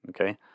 Okay